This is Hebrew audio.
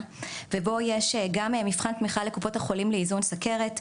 בו יש גם מבחן תמיכה לקופות החולים לאיזון סוכרת,